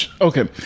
Okay